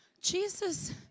Jesus